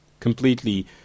Completely